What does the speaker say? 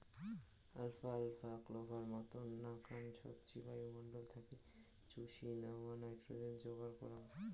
alpha আলফা, clover মতন নাকান সবজি বায়ুমণ্ডল থাকি চুষি ন্যাওয়া নাইট্রোজেন যোগার করাঙ